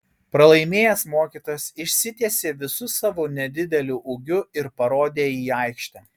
pralaimėjęs mokytojas išsitiesė visu savo nedideliu ūgiu ir parodė į aikštę